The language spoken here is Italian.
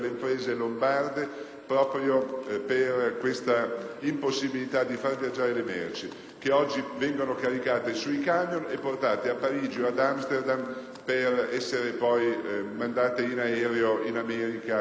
proprio per l'impossibilità di far viaggiare le merci, che oggi vengono caricate sui camion e portate a Parigi o ad Amsterdam per essere poi spedite in aereo in America o in Asia.